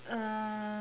uh